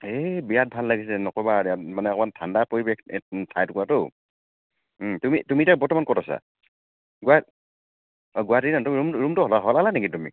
এই বিৰাট ভাল লাগিছে নক'বা আৰু মানে অকণমান ঠাণ্ডা পৰিবেশ ঠাই টুকুৰাটো তুমি এতিয়া বৰ্তমান ক'ত আছা গুৱাহাটীত অ' গুৱাহাটীত তুমি ৰুমটো সলালা নেকি তুমি